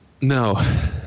No